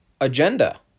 agenda